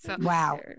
Wow